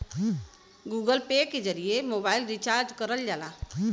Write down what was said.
Google Pay के जरिए mobile recharge करल जाला